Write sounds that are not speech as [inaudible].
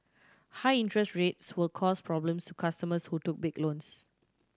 high interest rate [unintelligible] will cause problems to customers who took big loans